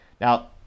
Now